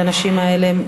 לנשים האלה,